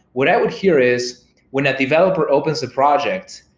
what i would hear is when a developer opens a project,